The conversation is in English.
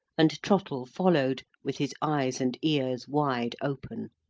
and trottle followed, with his eyes and ears wide open.